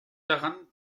daran